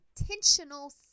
intentional